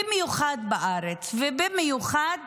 במיוחד בארץ, ובמיוחד